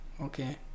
Okay